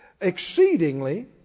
exceedingly